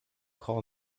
call